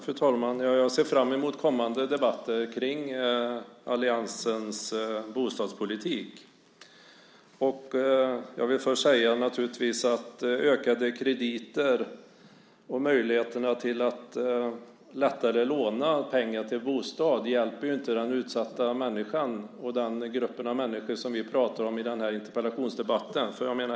Fru talman! Jag ser fram emot kommande debatter kring alliansens bostadspolitik. Jag vill först naturligtvis säga att ökade krediter och möjligheterna att lättare låna pengar till bostad inte hjälper den utsatta människan och den grupp av människor som vi pratar om i den här interpellationsdebatten.